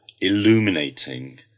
illuminating